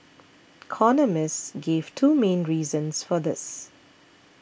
economists gave two main reasons for this